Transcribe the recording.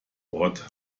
wort